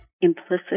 implicit